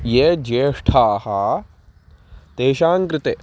ये ज्येष्ठाः तेषां कृते